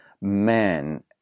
man